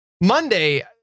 Monday